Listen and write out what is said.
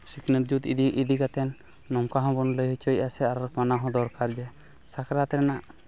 ᱥᱤᱠᱷᱱᱟᱹᱛ ᱡᱩᱜᱽ ᱤᱫᱤ ᱠᱟᱛᱮ ᱱᱚᱝᱠᱟ ᱦᱚᱵᱚᱱ ᱞᱟᱹᱭ ᱦᱚᱪᱚᱭᱮᱜᱼᱟ ᱥᱮ ᱟᱨ ᱢᱟᱱᱟᱣ ᱦᱚᱸ ᱫᱚᱨᱠᱟ ᱡᱮ ᱥᱟᱠᱨᱟᱛ ᱨᱮᱱᱟᱜ